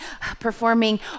performing